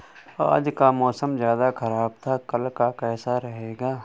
आज का मौसम ज्यादा ख़राब था कल का कैसा रहेगा?